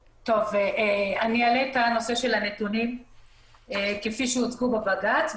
אעלה את הנושא של הנתונים כפי שהוצגו בבג"ץ,